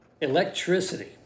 Electricity